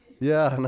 yeah, i know.